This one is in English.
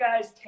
guys